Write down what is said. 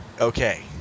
okay